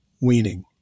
weaning